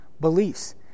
beliefs